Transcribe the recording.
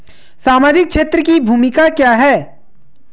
सामाजिक क्षेत्र की भूमिका क्या है?